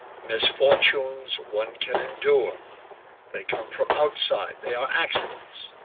misfortunes one can endure they come from outside, they are accidents.